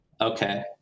Okay